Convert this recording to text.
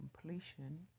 completion